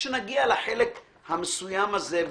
כשנגיע לחלק המסוים הזה,